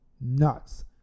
nuts